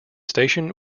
station